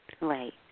Right